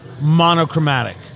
monochromatic